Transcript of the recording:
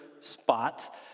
spot